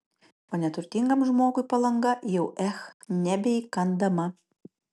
o neturtingam žmogui palanga jau ech nebeįkandama